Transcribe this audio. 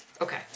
Okay